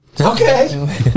Okay